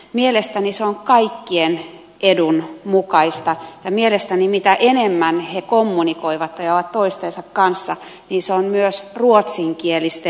mielestäni se on kaikkien edun mukaista ja mielestäni mitä enemmän he kommunikoivat ja ovat toistensa kanssa se on myös ruotsinkielisten etu